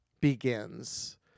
begins